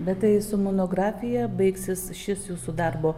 bet tai su monografija baigsis šis jūsų darbo